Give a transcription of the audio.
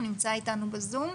נמצא איתנו בזום,